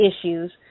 issues